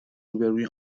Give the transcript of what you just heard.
روبهروی